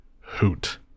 hoot